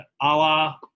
allah